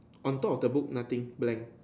on top of the book nothing blank